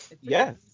Yes